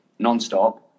nonstop